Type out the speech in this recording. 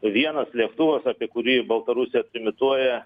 vienas lėktuvas apie kurį baltarusija trimituoja